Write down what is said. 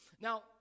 Now